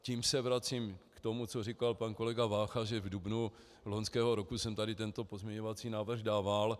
Tím se vracím k tomu, co říkal pan kolega Vácha, že v dubnu loňského roku jsem tady tento pozměňovací návrh dával.